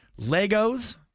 Legos